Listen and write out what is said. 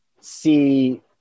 see